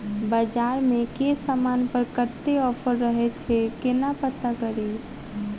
बजार मे केँ समान पर कत्ते ऑफर रहय छै केना पत्ता कड़ी?